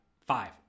five